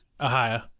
Ohio